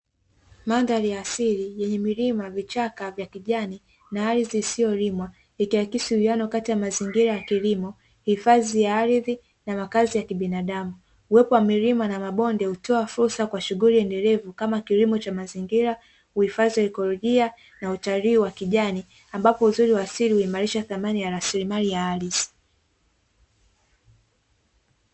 Mandhari ya asili yenye milima, vichaka vya kijani, na ardhi isiyolimwa, ikiakisi uwiano kati ya mazingira ya kilimo, hifadhi ya ardhi, na makazi ya kibinadamu. Uwepo wa milima na mabonde hutoa fursa kwa shughuli endelevu kama kilimo cha mazingira, uhifadhi wa ikolojia, na utalii wa kijani, ambapo uzuri wa asili huimarisha thamani ya rasilimali ya ardhi.